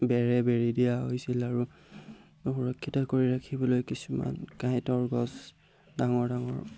বেৰে বেৰি দিয়া হৈছিল আৰু সুৰক্ষিত কৰি ৰাখিবলৈ কিছুমান কাঁইটৰ গছ ডাঙৰ ডাঙৰ